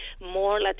more